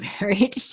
married